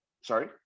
Sorry